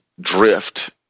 drift